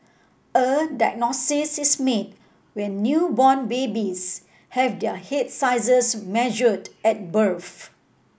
a diagnosis is made when newborn babies have their head sizes measured at birth